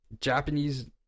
Japanese